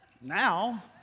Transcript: now